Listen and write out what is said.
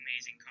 amazing